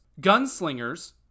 Gunslingers